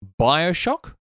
Bioshock